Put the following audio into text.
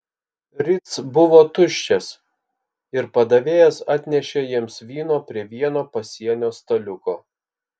ritz buvo tuščias ir padavėjas atnešė jiems vyno prie vieno pasienio staliuko